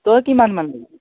তই কিমান মান ল'বি